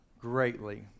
greatly